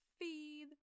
Feed